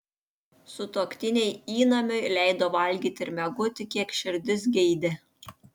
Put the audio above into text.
sutuoktiniai įnamiui leido valgyti ir miegoti kiek širdis geidė